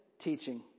teaching